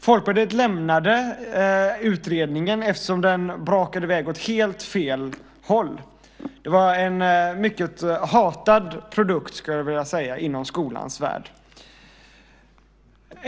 Folkpartiet lämnade utredningen eftersom den brakade iväg åt helt fel håll. Det var en mycket hatad produkt, skulle jag vilja säga, inom skolans värld.